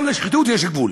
גם לשחיתות יש גבול,